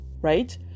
right